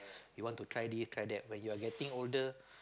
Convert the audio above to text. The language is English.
we want to try this try that when you are getting older